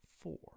four